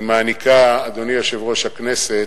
היא מעניקה, אדוני יושב-ראש הכנסת,